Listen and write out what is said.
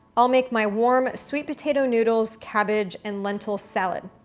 i'll make my warm sweet potato noodles, cabbage, and lentil salad.